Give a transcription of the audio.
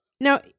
now